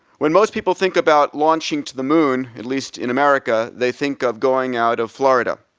when most people think about launching to the moon, at least in america, they think of going out of florida.